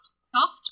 soft